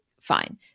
fine